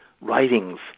writings